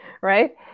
right